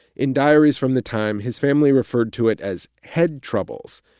in diaries from the time, his family referred to it as head troubles.